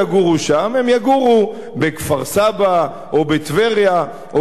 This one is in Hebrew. הם יגורו בכפר-סבא או בטבריה או באשקלון,